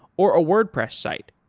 or a wordpress site,